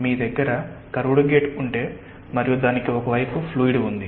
మీ దగ్గర curved gate ఉంటే మరియు దానికి ఒక వైపు ఫ్లూయిడ్ ఉంది